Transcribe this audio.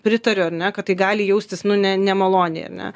pritariu ar ne kad tai gali jaustis nu ne nemaloniai ar ne